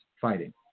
fighting